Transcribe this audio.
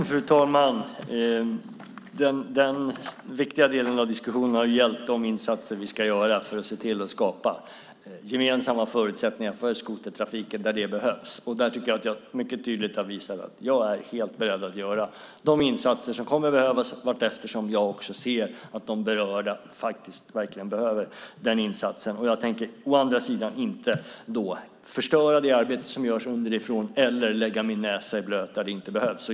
Fru talman! Den viktiga delen av diskussionen har gällt de insatser vi ska göra för att skapa gemensamma förutsättningar för skotertrafiken där de behövs. Jag tycker att jag tydligt har visat att jag är helt beredd att göra de insatser som kommer att behövas vartefter som jag ser att de berörda behöver den insatsen. Jag tänker inte förstöra det arbete som görs underifrån eller lägga min näsa i blöt där den inte behövs.